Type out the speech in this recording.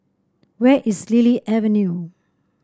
where is Lily Avenue